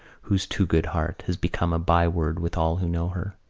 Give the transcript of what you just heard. whose too good heart, has become a byword with all who know her,